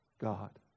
God